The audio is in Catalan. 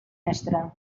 mestre